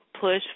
Push